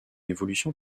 évolution